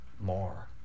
more